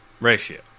ratio